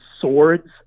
swords